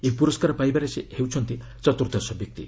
ଏହି ପୁରସ୍କାର ପାଇବାରେ ସେ ହେଉଛନ୍ତି ଚତୁର୍ଦ୍ଦଶ ବ୍ୟକ୍ତି